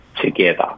together